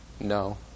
No